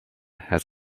has